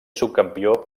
subcampió